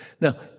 Now